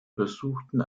versuchten